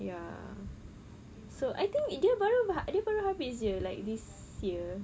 ya so I think dia baru dia baru habis jer like this year